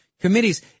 committees